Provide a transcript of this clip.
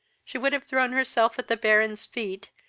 she would have thrown herself at the baron's feet,